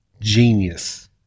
Genius